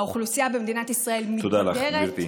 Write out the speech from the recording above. האוכלוסייה במדינת ישראל מתבגרת, תודה לך, גברתי.